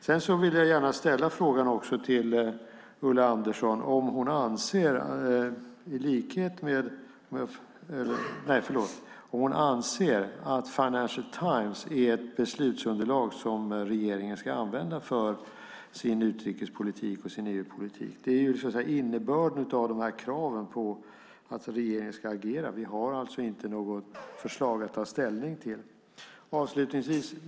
Jag vill gärna ställa frågan till Ulla Andersson om hon anser att Financial Times är ett beslutsunderlag som regeringen ska använda för sin utrikespolitik och EU-politik. Det är ju innebörden av de här kraven på att regeringen ska agera. Vi har alltså inte något förslag att ta ställning till.